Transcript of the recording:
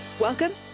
Welcome